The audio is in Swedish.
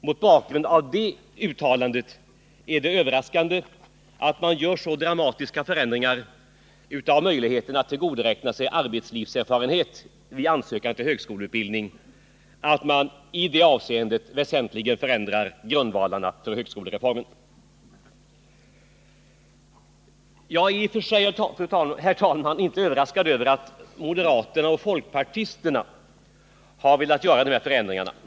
Mot bakgrunden av detta uttalande är det överraskande att man gör så dramatiska ändringar av möjligheterna att tillgodoräkna sig arbetslivserfarenhet vid ansökan till högskoleutbildning att man i det avseendet väsentligt förändrar grunderna för högskolereformen. Jag är i och för sig, herr talman, inte överraskad av att moderaterna och folkpartiet velat göra dessa förändringar.